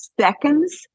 Seconds